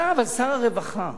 אבל אתה שר הרווחה,